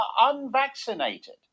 unvaccinated